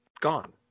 gone